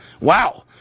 Wow